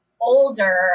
older